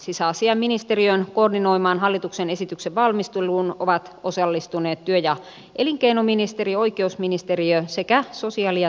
sisäasiainministeriön koordinoimaan hallituksen esityksen valmisteluun ovat osallistuneet työ ja elinkeinoministeriö oikeusministeriö sekä sosiaali ja terveysministeriö